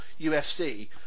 UFC